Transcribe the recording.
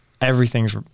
everything's